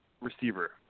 receiver